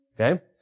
Okay